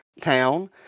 Town